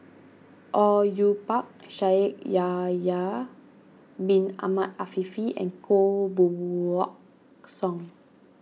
Au Yue Pak Shaikh Yahya Bin Ahmed Afifi and Koh Buck Song